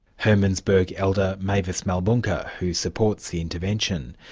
hermannsburg elder, mavis malbunka who supports the intervention.